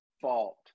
fault